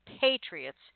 patriots